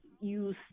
use